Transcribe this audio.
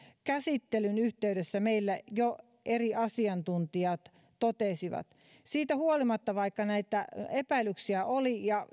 käsittelyn yhteydessä meille jo eri asiantuntijat totesivat siitä huolimatta että näitä epäilyksiä oli ja